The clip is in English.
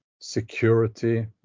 security